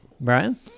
Brian